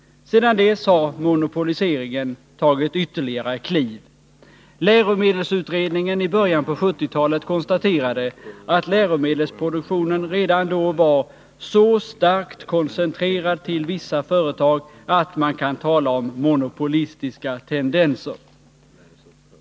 Sedan dess har monopoliseringen tagit ytterligare kliv. Läromedelsutredningen i början på 1970-talet konstaterade att läromedelsproduktionen redan då var ”så starkt koncentrerad till vissa företag att man kan tala om monopolistiska tendenser”.